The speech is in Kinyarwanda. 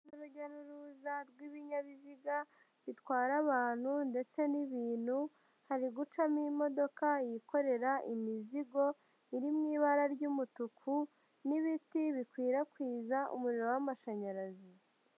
Uru urujya n'uruza rw'ibinyabiziga bitwara abantu ndetse n'ibintu ,hari gucamo imodoka yikorera imizigo iri mu ibara ry'umutuku ,n'ibiti bikwirakwiza umuriro w'amashanyarazi.